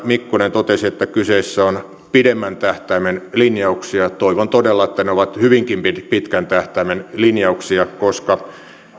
mikkonen totesi että kyseessä on pidemmän tähtäimen linjauksia toivon todella että ne ovat hyvinkin pitkän tähtäimen linjauksia koska